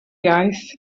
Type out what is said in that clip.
iaith